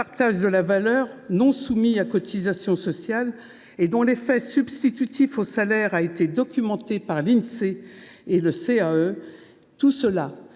de la valeur », non soumis à cotisations sociales et dont l’effet substitutif aux salaires a été documenté par l’Insee et le Conseil